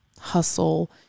hustle